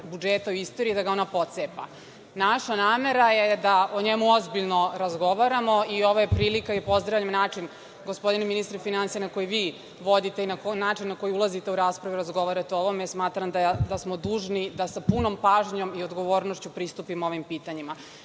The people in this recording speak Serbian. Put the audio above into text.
budžeta u istoriji, je da ga ona pocepa. Naša namera je da o njemu ozbiljno razgovaramo i ovo je prilika i pozdravljam način gospodina ministra finansija na koji vi vodite i način na koji ulazite u raspravu i razgovarate o ovome, jer smatram da smo dužni da sa punom pažnjom i odgovornošću pristupimo ovim pitanjima. Napisali